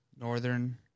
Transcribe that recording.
Northern